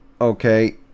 Okay